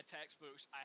textbooks